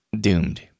Doomed